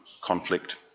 conflict